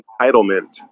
entitlement